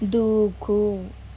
దూకు